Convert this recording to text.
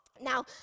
Now